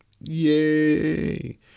Yay